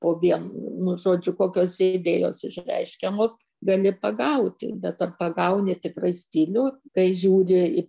o vien nu žodžiu kokios idėjos išreiškiamos gali pagauti bet ar pagauni tikrai stilių kai žiūri į